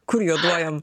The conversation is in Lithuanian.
kur juoduojam